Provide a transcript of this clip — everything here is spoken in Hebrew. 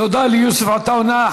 תודה ליוסף עטאונה.